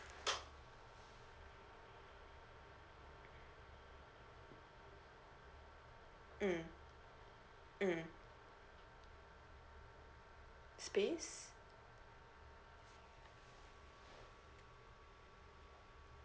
mm mm space